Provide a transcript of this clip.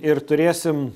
ir turėsim